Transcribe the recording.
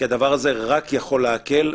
כי הדבר הזה רק יכול להקל,